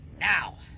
Now